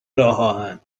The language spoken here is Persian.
راهآهن